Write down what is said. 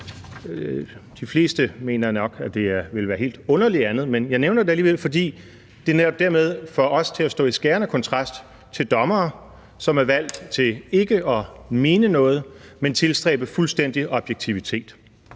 de fleste mener nok, at andet ville være helt underligt, men jeg nævner det alligevel, fordi det netop dermed får os til at stå i skærende kontrast til dommere, som er valgt til ikke at mene noget, men tilstræbe fuldstændig objektivitet.